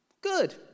Good